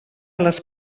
les